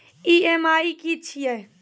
EMI की छिये?